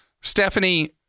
Stephanie